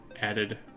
added